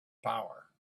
power